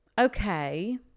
Okay